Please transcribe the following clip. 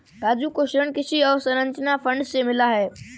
राजू को ऋण कृषि अवसंरचना फंड से मिला है